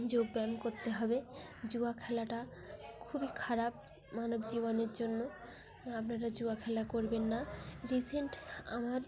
যোগব্যায়াম করতে হবে জুয়া খেলাটা খুবই খারাপ মানব জীবনের জন্য আপনারা জুয়া খেলা করবেন না রিসেন্ট আমার